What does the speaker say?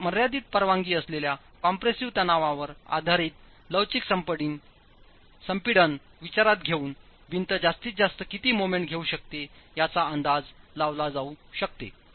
मर्यादित परवानगी असलेल्या कॉम्प्रेसिव्ह तणावावरआधारित लवचिक संपीडन विचारातघेऊन भिंत जास्तीत जास्त किती मोमेंट घेऊ शकते याचा अंदाज लावला जाऊ शकते